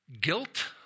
Guilt